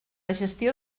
gestió